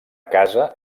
casa